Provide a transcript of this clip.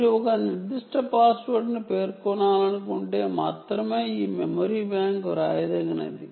మీరు ఒక నిర్దిష్ట పాస్వర్డ్ను పేర్కొనాలనుకుంటే మాత్రమే ఈ మెమరీ బ్యాంక్ రైటబుల్